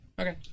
Okay